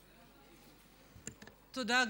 תודה.